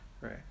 Right